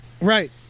Right